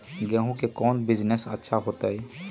गेंहू के कौन बिजनेस अच्छा होतई?